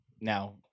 now